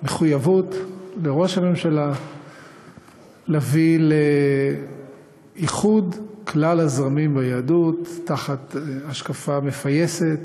לראש הממשלה מחויבות להביא לאיחוד כלל הזרמים ביהדות תחת השקפה מפייסת,